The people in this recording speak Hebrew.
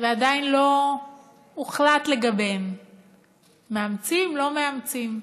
ועדיין לא הוחלט לגביהן מאמצים או לא מאמצים?